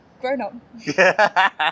grown-up